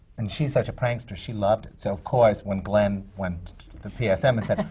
and she's such a prankster, she loved it. so of course, when glenn went to the ah psm and said,